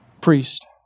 priest